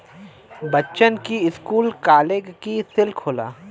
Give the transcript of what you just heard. बच्चन की school college की सिल्क होला